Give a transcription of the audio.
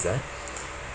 ah